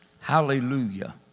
Hallelujah